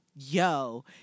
Yo